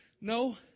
No